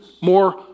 more